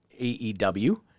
aew